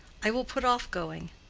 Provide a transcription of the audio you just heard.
i will put off going.